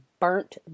burnt